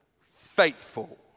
faithful